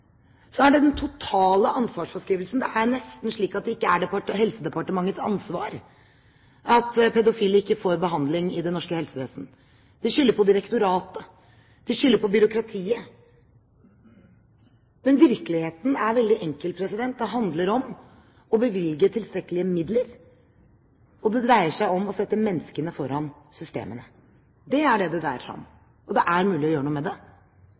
så er det den totale ansvarsfraskrivelsen. Det er nesten slik at det ikke er Helsedepartementets ansvar at pedofile ikke får behandling i det norske helsevesen. De skylder på direktoratet, de skylder på byråkratiet, men virkeligheten er veldig enkel: Det handler om å bevilge tilstrekkelige midler, og det dreier seg om å sette menneskene foran systemene. Det er det det dreier seg om, og det er mulig å gjøre noe med det.